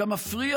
וגם זה מפריע,